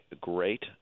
great